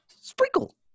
Sprinkle